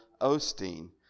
Osteen